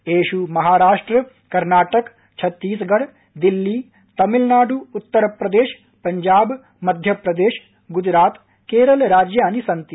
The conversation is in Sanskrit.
एषु महात्राष्ट्र कर्नाटक छत्तीसगढ़ दिल्ली तमिलनाड़ उत्तरप्रदेश पंजाब्र मध्यप्रदेश गुजराज केरल राज्यानि सन्ति